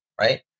right